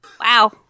Wow